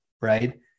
right